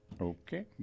Okay